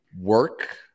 work